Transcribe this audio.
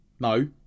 No